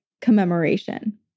commemoration